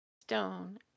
stone